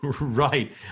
Right